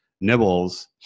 Nibbles